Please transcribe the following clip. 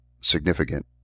significant